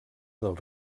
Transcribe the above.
del